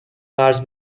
قرض